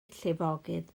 llifogydd